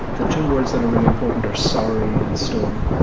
the two words that are really important are sorry and story.